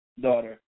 daughter